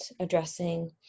addressing